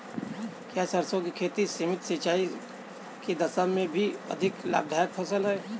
क्या सरसों की खेती सीमित सिंचाई की दशा में भी अधिक लाभदायक फसल है?